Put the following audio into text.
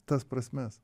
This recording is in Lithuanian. tas prasmes